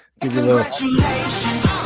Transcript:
congratulations